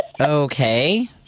Okay